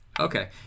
Okay